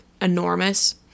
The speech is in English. enormous